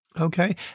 Okay